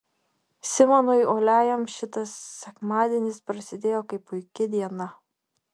simonui uoliajam šitas sekmadienis prasidėjo kaip puiki diena